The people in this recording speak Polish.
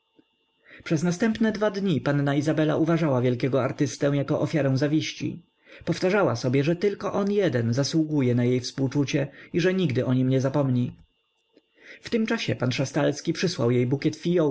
przez następne dwa dni panna izabela uważała wielkiego artystę jako ofiarę zawiści powtarzała sobie że tylko on jeden zasługuje na jej współczucie i że nigdy o nim nie zapomni w tym czasie pan szastalski przysłał jej